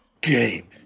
Game